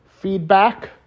Feedback